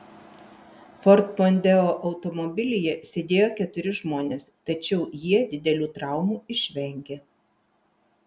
ford mondeo automobilyje sėdėjo keturi žmonės tačiau jie didelių traumų išvengė